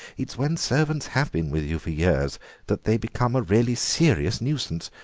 it's when servants have been with you for years that they become a really serious nuisance.